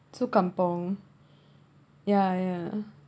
so kampung ya ya